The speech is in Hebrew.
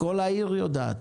כל העיר יודעת.